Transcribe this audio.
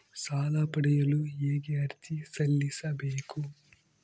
ಸಾಲ ಪಡೆಯಲು ಹೇಗೆ ಅರ್ಜಿ ಸಲ್ಲಿಸಬೇಕು?